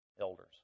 elders